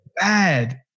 bad